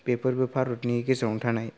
बेफोरबो भारतनि गेजेरावनो थानाय